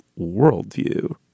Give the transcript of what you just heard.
worldview